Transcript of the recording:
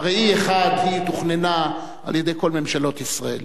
אמר בזמנו שבלי E1 דין מעלה-אדומים כדין הר-הצופים בין 1948